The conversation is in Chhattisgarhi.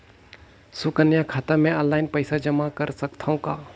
सुकन्या खाता मे ऑनलाइन पईसा जमा कर सकथव का?